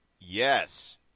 Yes